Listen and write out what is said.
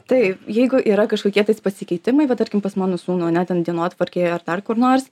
taip jeigu yra kažkokie tais pasikeitimai va tarkim pas mano sūnų ane ten dienotvarkėje ar dar kur nors